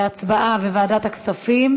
לדיון בוועדת הכספים.